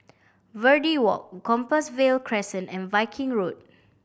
Verde Walk Compassvale Crescent and Viking Road